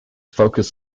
focus